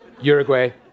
Uruguay